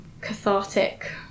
cathartic